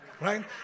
right